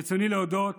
ברצוני להודות